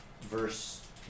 verse